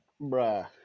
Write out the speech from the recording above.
Bruh